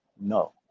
No